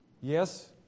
yes